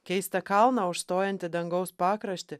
keistą kalną užstojantį dangaus pakraštį